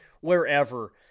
wherever